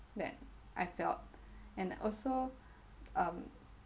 that I felt and also um